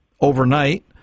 overnight